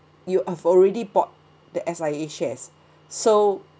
you of already bought that S_I_A shares so